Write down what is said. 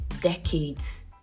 decades